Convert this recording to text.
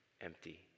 empty